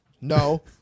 No